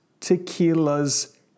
tequilas